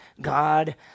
God